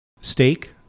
steak